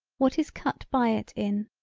what is cut by it in.